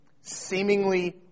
seemingly